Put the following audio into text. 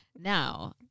Now